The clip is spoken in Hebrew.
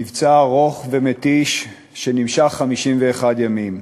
מבצע ארוך ומתיש שנמשך 51 ימים.